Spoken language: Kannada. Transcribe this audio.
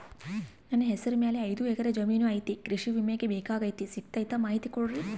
ನನ್ನ ಹೆಸರ ಮ್ಯಾಲೆ ಐದು ಎಕರೆ ಜಮೇನು ಐತಿ ಕೃಷಿ ವಿಮೆ ಬೇಕಾಗೈತಿ ಸಿಗ್ತೈತಾ ಮಾಹಿತಿ ಕೊಡ್ರಿ?